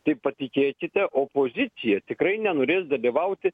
tai patikėkite opozicija tikrai nenorės dalyvauti